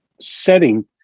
setting